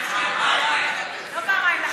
לא פעמיים.